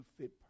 fit